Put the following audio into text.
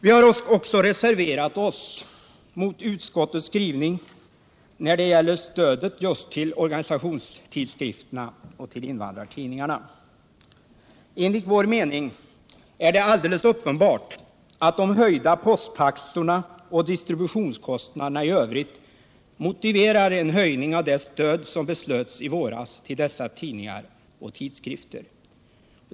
Vi har också reserverat oss mot utskottets skrivning när det gäller stödet till just organisationstidskrifterna och invandrartidningar. Enligt vår mening är det alldeles uppenbart att de höjda posttaxorna och distributionskostnaderna i övrigt motiverar en höjning av det stöd som beslöts i våras till dessa tidningar och tidskrifter.